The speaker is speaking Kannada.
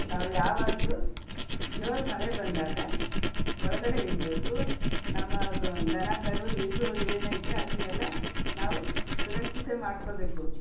ನಾವು ಯಾವಾಗಲೂ ಜೋರು ಮಳೆ ಬಂದಾಗ ಒಳಗಡೆ ಇರಬೇಕು ನಮ್ಮ ದನ ಕರು ಇದು ಏನಿದೆ ಅದನ್ನೆಲ್ಲ ನಾವು ಸುರಕ್ಷತೆ ಮಾಡ್ಕೊಬೇಕು